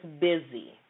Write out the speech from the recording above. busy